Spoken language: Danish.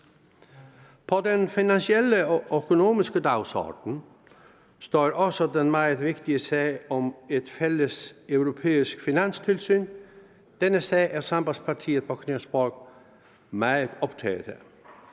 På den finansielle og økonomiske dagsordenen står også den meget vigtige sag om et fælles europæisk finanstilsyn. Denne sag er Sambandspartiet på Christiansborg meget optaget